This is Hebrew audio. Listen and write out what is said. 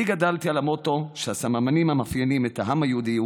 אני גדלתי על המוטו שהסממנים המאפיינים את העם היהודי הם